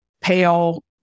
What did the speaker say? pale